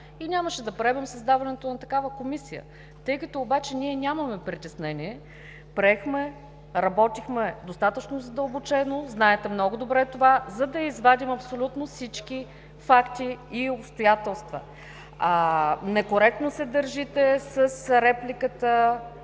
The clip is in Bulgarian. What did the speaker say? и нямаше да правим създаването на такава Комисия. Тъй като обаче ние нямаме притеснения, приехме, работихме достатъчно задълбочено, знаете много добре това, за да извадим абсолютно всички факти и обстоятелства. Некоректно се държите с репликата,